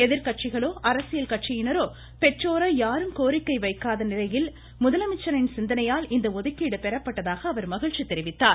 எதிர்கட்சிகளோ அரசியல் கட்சியினரோ பெற்றோரோ யாரும் கோரிக்கை வைக்காத நிலையில் முதலமைச்சாின் சிந்தனையால் இந்த ஒதுக்கீடு பெறப்பட்டிருப்பதாக அவர் மகிழச்சி தெரிவித்துள்ளார்